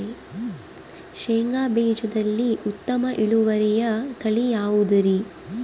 ಶೇಂಗಾ ಬೇಜದಲ್ಲಿ ಉತ್ತಮ ಇಳುವರಿಯ ತಳಿ ಯಾವುದುರಿ?